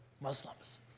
Muslims